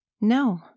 No